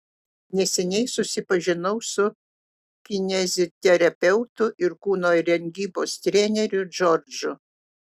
neseniai susipažinau su kineziterapeutu ir kūno rengybos treneriu džordžu